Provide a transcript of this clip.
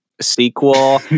sequel